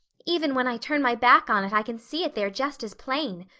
even when i turn my back on it i can see it there just as plain.